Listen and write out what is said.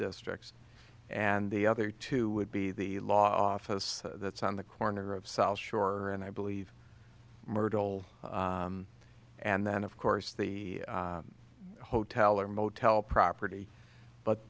districts and the other two would be the law office that's on the corner of south shore and i believe myrtle and then of course the hotel or motel property but